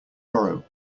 furrow